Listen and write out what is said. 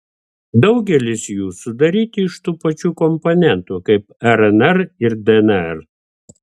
daugelis jų sudaryti iš tų pačių komponentų kaip rnr ir dnr